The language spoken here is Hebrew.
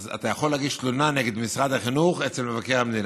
אתה יכול להגיש תלונה נגד משרד החינוך אצל מבקר המדינה,